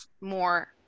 more